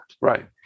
Right